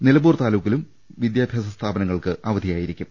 നില മ്പൂർ താലൂക്കിലും വിദ്യാഭ്യാസ സ്ഥാപനങ്ങൾക്ക് അവ ധിയായിരിക്കും